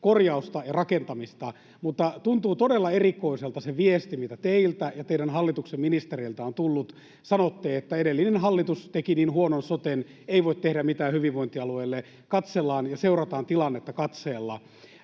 korjausta ja rakentamista. Mutta tuntuu todella erikoiselta se viesti, mitä teiltä ja teidän hallituksenne ministereiltä on tullut. Sanoitte, että edellinen hallitus teki niin huonon soten, että ei voi tehdä mitään hyvinvointialueille, katsellaan ja seurataan tilannetta katseella.